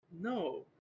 No